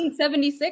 1976